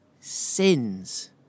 sins